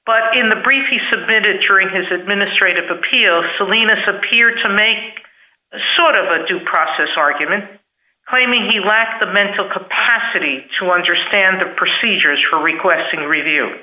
but in the brief he submitted injuring his administrative appeals salinas appeared to make sort of a due process argument claiming he lacked the mental capacity to understand the procedures for requesting review